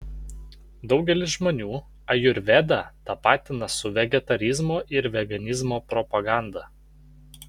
daugelis žmonių ajurvedą tapatina su vegetarizmo ir veganizmo propaganda